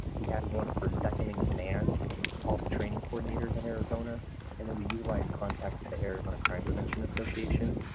we had one for second-in-command, all the training coordinators in arizona and then we utilized contacts at the arizona crime prevention association.